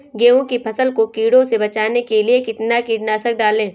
गेहूँ की फसल को कीड़ों से बचाने के लिए कितना कीटनाशक डालें?